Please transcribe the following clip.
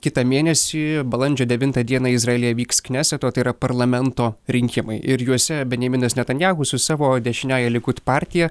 kitą mėnesį balandžio devintą dieną izraelyje vyks kneseto o tai yra parlamento rinkimai ir juose benjaminas netanjahu su savo dešiniąja likud partija